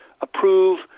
approve